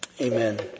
amen